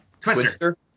Twister